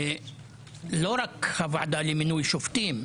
לא רק הוועדה למינוי שופטים,